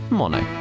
mono